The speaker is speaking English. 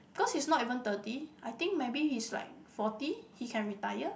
because he's not even thirty I think maybe he's like forty he can retire